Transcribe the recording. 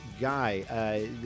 guy